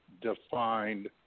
defined